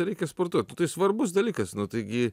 reikia sportuot nu tai svarbus dalykas nu taigi